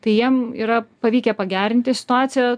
tai jiem yra pavykę pagerinti situaciją